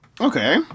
Okay